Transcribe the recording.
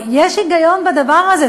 ויש היגיון בדבר הזה,